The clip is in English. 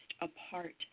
apart